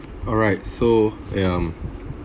alright so um